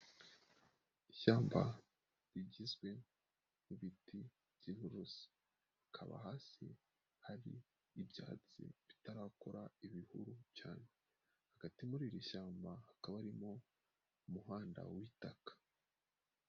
Ishyamba rigizwe n'ibiti by'inturusu hakaba hasi hari'ibyatsi bitarakora ibihuru cyane, hagati muri iri shyamba hakaba harimo umuhanda w'itaka.